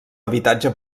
habitatge